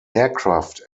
aircraft